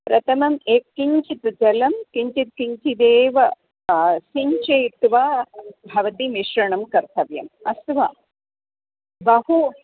प्रथमम् एकं किञ्चित् जलं किञ्चित् किञ्चिदेव सिक्त्वा भवती मिश्रणं कर्तव्यम् अस्तु वा बहु